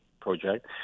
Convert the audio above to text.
project